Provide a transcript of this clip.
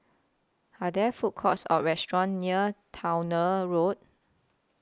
Are There Food Courts Or restaurants near Towner Road